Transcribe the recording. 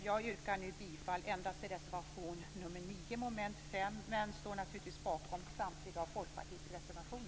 Jag yrkar nu bifall endast till reservation nr 9 under mom. 5 men står naturligtvis bakom samtliga av